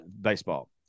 baseball